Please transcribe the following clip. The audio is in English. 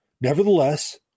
Nevertheless